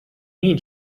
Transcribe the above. mean